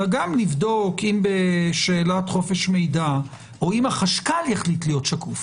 אלא גם לבדוק אם בשאלת חופש מידע או אם החשכ"ל יחליט להיות שקוף